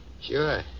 Sure